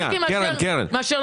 מסכים